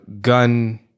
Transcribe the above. gun